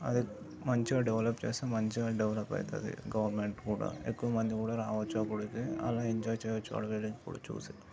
అది మంచిగా డెవలప్ చేస్తే మంచిగా డెవలప్ అవుతుంది గవర్నమెంట్ కూడా ఎక్కువ మంది కూడా రావచ్చు అప్పుడు అయితే అలా ఎంజాయ్ చేయొచ్చు అడవిని కూడా చూసి